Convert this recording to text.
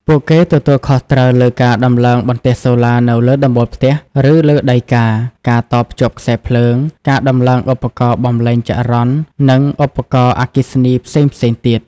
ពួកគេទទួលខុសត្រូវលើការដំឡើងបន្ទះសូឡានៅលើដំបូលផ្ទះ ឬលើដីការ ការតភ្ជាប់ខ្សែភ្លើង ការដំឡើងឧបករណ៍បំប្លែងចរន្ត និងឧបករណ៍អគ្គិសនីផ្សេងៗទៀត។